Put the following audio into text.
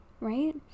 right